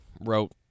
wrote